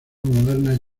modernas